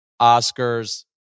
oscars